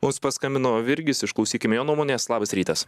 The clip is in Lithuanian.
mums paskambino virgis išklausykim jo nuomonės labas rytas